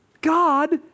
God